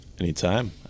anytime